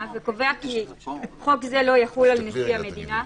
וקובע כי חוק זה לא יחול על נשיא המדינה.